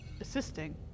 assisting